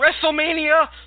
WrestleMania